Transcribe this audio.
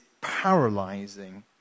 paralyzing